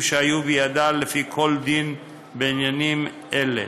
שהיו בידה לפי כל דין בעניינים האלה.